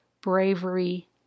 bravery